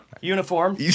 Uniform